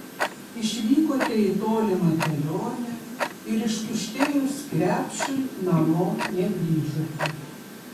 išvykote į tolimą kelionę ir ištuštėjus krepšiui namo negrįžote